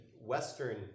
Western